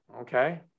okay